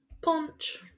Punch